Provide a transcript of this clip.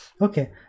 okay